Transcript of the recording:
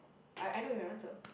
I I know your answer